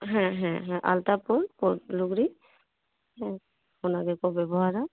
ᱦᱮᱸ ᱦᱮᱸ ᱟᱞᱛᱟ ᱯᱟᱹᱲ ᱞᱩᱜᱽᱲᱤᱡ ᱦᱮᱸ ᱚᱱᱟᱜᱮᱠᱚ ᱵᱮᱵᱚᱦᱟᱨᱟ